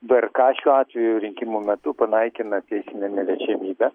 vrk šiuo atveju rinkimų metu panaikina teisinę neliečiamybę